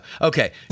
Okay